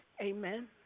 Amen